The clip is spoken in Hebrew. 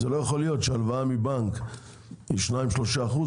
זה לא יכול להיות שהלוואה מבנק היא 3%-2%